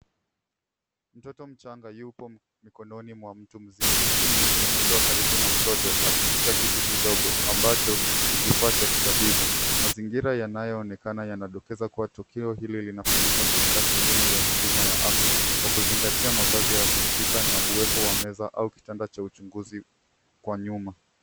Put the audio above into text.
Mtoto mchanga yupo mikononi mwa mtu mzima huku mwingine akiwa karibu na mtoto akishika kitu kidogo ambacho ni kifaa cha kitabibu. Mazingira yanayoonekana yanadokeza kuwa tukio hili linafanyika katika sehemu ya huduma ya afya kwa kuzingatia mavazi ya husika na uwepo wa meza au kitanda cha uchunguzi kwa nyuma.